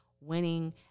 winning